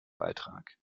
beitrag